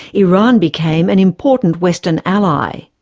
iran became an important western ally.